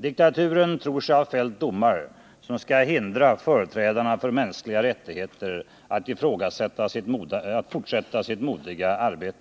Diktaturen tror sig ha fällt domar som skall hindra företrädarna för mänskliga rättigheter att fortsätta sitt modiga arbete,